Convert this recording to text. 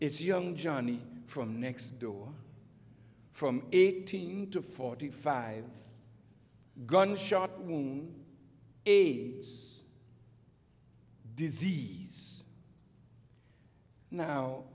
it's young johnny from next door from eighteen to forty five gunshot wound is a disease now